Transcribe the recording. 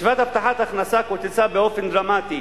קצבת הבטחת הכנסה קוצצה באופן דרמטי